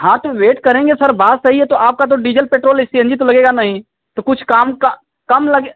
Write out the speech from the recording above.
हाँ तो वेट करेंगे सर बात सही है तो आपका तो diesel petrol C N G तो लगेगा नहीं तो कुछ काम का कम लगे